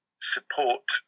support